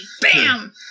Bam